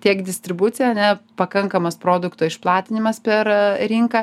tiek distribucija ane pakankamas produkto išplatinimas per rinką